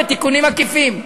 בתיקונים עקיפים.